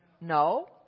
No